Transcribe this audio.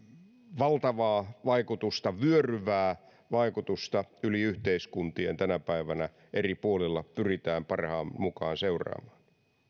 valtavaa vaikutusta vyöryvää vaikutusta yli yhteiskuntien tänä päivänä eri puolilla pyritään parhaan mukaan seuraamaan